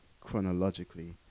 chronologically